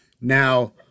Now